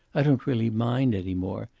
i don't really mind any more.